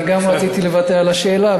אני גם רציתי לוותר על השאלה,